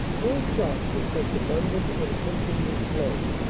no shops of such abundant and tempting display,